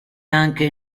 anche